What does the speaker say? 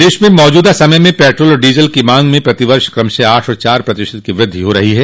प्रदेश में मौजूदा समय में पेट्रोल और डीजल की मांग में प्रतिवर्ष क्रमशः आठ और चार प्रतिशत की वृद्धि हो रही है